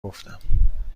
گفتم